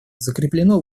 закреплено